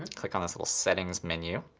click on this little settings menu,